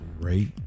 great